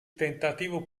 tentativo